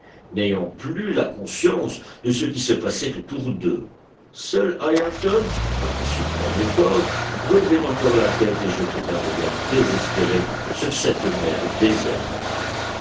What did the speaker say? n'ayant plus la conscience de ce qui se passait autour d'eux seul ayrton par un suprême effort relevait encore la tête et jetait un regard désespéré sur cette mer déserte